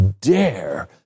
dare